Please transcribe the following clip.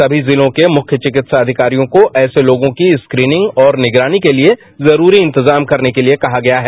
सभी जिलों के मुख्य विकित्सा अविकारियों को ऐसे लोगों के स्क्रीनिंग और निगरानी के लिए जरुरी इंतजाम करने के लिए कहा गया है